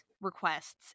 requests